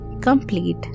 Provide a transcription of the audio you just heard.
complete